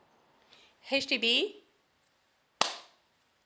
H_D_B